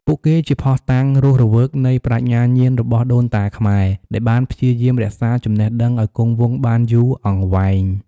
ពួកគេជាភស្តុតាងរស់រវើកនៃប្រាជ្ញាញាណរបស់ដូនតាខ្មែរដែលបានព្យាយាមរក្សាចំណេះដឹងឱ្យគង់វង្សបានយូរអង្វែង។